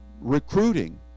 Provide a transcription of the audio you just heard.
recruiting